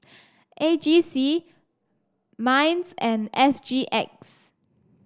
A G C Minds and S G X